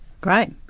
Great